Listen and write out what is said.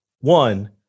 One